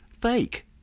Fake